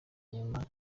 nyuma